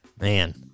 man